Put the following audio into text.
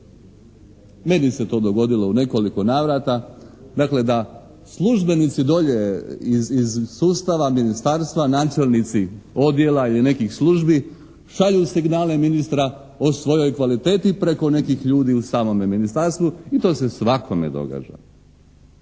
Meni se to dogodilo u nekoliko navrata, dakle da službenici dolje iz sustava ministarstva, načelnici odjela ili nekih službi šalju signale ministra o svojoj kvaliteti preko nekih ljudi u samome ministarstvu i to se svakome događa.